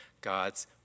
god's